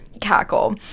cackle